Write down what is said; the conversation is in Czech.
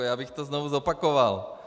Já bych to znovu zopakoval.